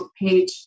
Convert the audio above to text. page